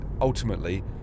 ultimately